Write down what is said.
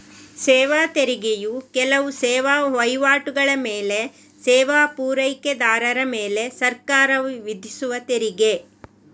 ಸೇವಾ ತೆರಿಗೆಯು ಕೆಲವು ಸೇವಾ ವೈವಾಟುಗಳ ಮೇಲೆ ಸೇವಾ ಪೂರೈಕೆದಾರರ ಮೇಲೆ ಸರ್ಕಾರವು ವಿಧಿಸುವ ತೆರಿಗೆ